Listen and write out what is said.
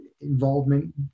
Involvement